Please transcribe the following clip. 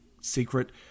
secret